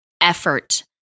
effort